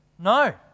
No